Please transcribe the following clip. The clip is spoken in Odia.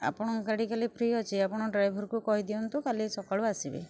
ଆପଣଙ୍କ ଗାଡ଼ି କାଲି ଫ୍ରୀ ଅଛି ଆପଣଙ୍କ ଡ୍ରାଇଭର୍କୁ କହିଦିଅନ୍ତୁ କାଲି ସକାଳୁ ଆସିବେ